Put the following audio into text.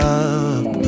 up